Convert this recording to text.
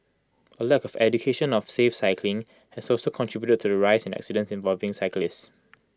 A lack of education on safe cycling has also contributed to the rise in accidents involving cyclists